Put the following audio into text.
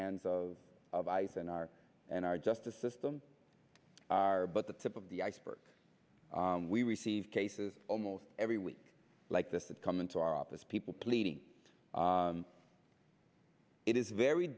hands of of ice and our and our justice system are but the tip of the iceberg we receive cases almost every week like this that come into our office people pleading it is very